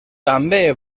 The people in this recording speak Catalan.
també